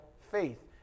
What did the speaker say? faith